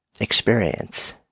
experience